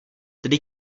tedy